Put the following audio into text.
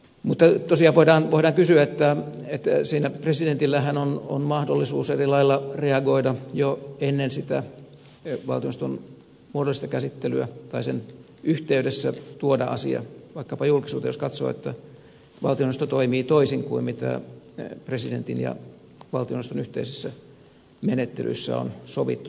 mutta tosiaan voidaan sanoa että siinä presidentillähän on mahdollisuus eri lailla reagoida jo ennen sitä valtioneuvoston muodollista käsittelyä tai sen yhteydessä tuoda asia vaikkapa julkisuuteen jos katsoo että valtioneuvosto toimii toisin kuin mitä presidentin ja valtioneuvoston yhteisissä menettelyissä on sovittu tai tarkoitettu